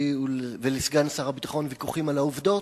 ולסגן שר הביטחון ויכוחים על העובדות,